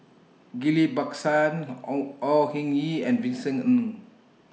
Ghillie Bacsan Au Au Hing Yee and Vincent Ng